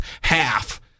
half